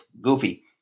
goofy